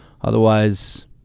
Otherwise